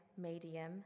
medium